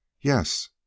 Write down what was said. Yes